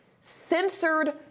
censored